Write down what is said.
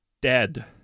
dead